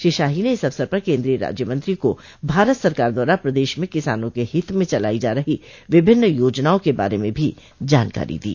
श्री शाही ने इस अवसर पर केन्द्रीय राज्यमंत्री को भारत सरकार द्वारा प्रदेश में किसानों के हित में चलायी जा रही विभिन्न योजनाओं के बारे में भी जानकारी दी